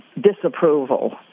disapproval